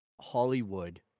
Hollywood